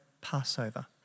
Passover